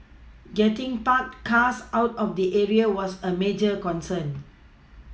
getting parked cars out of the area was a major concern